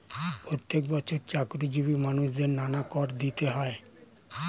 প্রত্যেক বছর চাকরিজীবী মানুষদের নানা কর দিতে হয়